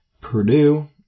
Purdue